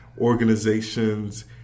organizations